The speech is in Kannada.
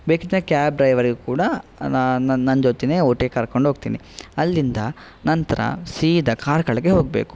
ಬೇಕಿದ್ರೆ ಕ್ಯಾಬ್ ಡ್ರೈವರಿಗೂ ಕೂಡ ನಾ ನನ್ನ ನನ್ನ ಜೊತೆ ಊಟಕ್ಕೆ ಕರ್ಕೊಂಡೋಗ್ತಿನಿ ಅಲ್ಲಿಂದ ನಂತರ ಸೀದ ಕಾರ್ಕಳಕ್ಕೆ ಹೋಗಬೇಕು